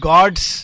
God's